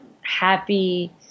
happy